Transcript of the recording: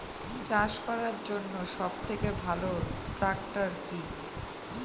চাষ করার জন্য সবথেকে ভালো ট্র্যাক্টর কি?